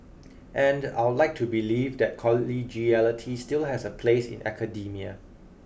and I'd like to believe that collegiality still has a place in academia